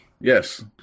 Yes